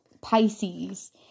Pisces